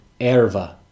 Erva